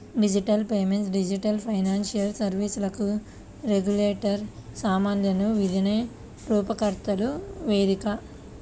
digital payment digital financial సర్వీస్లకు regulatory సమస్యలను విధాన రూపకర్తల వేదిక